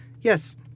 Yes